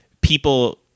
people